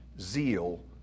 zeal